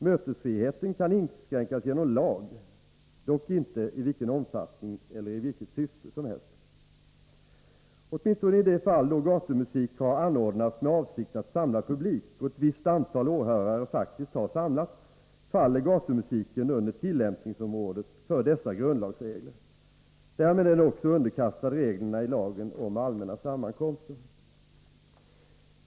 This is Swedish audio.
Mötesfriheten kan inskränkas genom lag, dock inte i vilken omfattning eller i vilket syfte som helst. Åtminstone i de fall då gatumusik har anordnats med avsikt att samla publik och ett visst antal åhörare faktiskt har samlats, faller gatumusiken under tillämpningsområdet för dessa grundlagsregler. Därmed är den också underkastad reglerna i lagen om allmänna sammankomster.